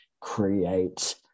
create